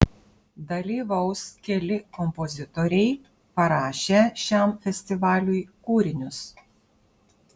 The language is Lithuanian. dalyvaus keli kompozitoriai parašę šiam festivaliui kūrinius